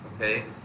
Okay